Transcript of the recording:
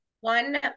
One